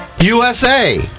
USA